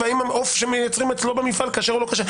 והאם העוף שמייצרים אצלו במפעל כשר או לא כשר.